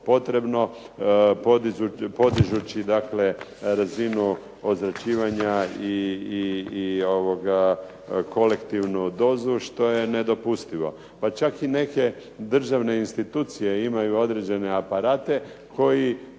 potrebno, podižući dakle razinu ozračivanja i kolektivnu dozu što je nedopustivo. Pa čak i neke državne institucije imaju određene aparate koji